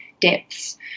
depths